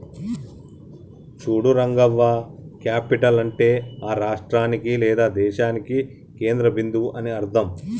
చూడు రంగవ్వ క్యాపిటల్ అంటే ఆ రాష్ట్రానికి లేదా దేశానికి కేంద్ర బిందువు అని అర్థం